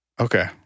Okay